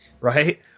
right